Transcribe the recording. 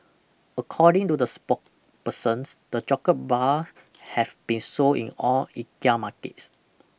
according to the sporkpersons the chocolate bar have been sold in all Ikea markets